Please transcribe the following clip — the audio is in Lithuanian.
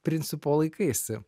principo laikaisi